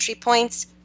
points